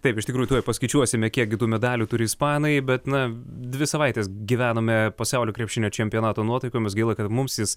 taip iš tikrųjų tuoj paskaičiuosime kiek medalių turi ispanai bet na dvi savaites gyvenome pasaulio krepšinio čempionato nuotaikomis gaila kad mums jis